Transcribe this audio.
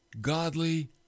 godly